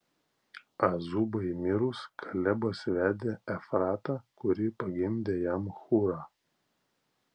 azubai mirus kalebas vedė efratą kuri pagimdė jam hūrą